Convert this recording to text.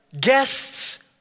guests